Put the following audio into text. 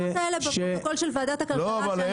--- בפרוטוקול של ועדת הכלכלה ששם נחפש.